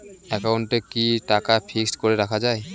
একাউন্টে কি টাকা ফিক্সড করে রাখা যায়?